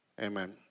Amen